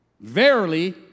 verily